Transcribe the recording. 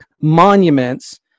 monuments